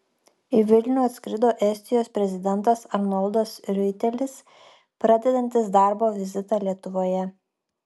į vilnių atskrido estijos prezidentas arnoldas riuitelis pradedantis darbo vizitą lietuvoje